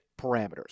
parameters